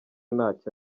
ntacyo